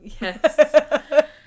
Yes